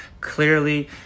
clearly